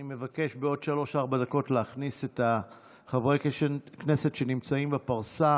אני מבקש בעוד שלוש-ארבע דקות להכניס את חברי הכנסת שנמצאים בפרסה